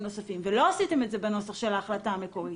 נוספים ולא עשיתם את זה בנוסח של ההחלטה המקורית.